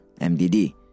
MDD